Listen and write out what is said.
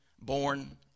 born